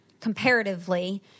Comparatively